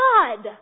God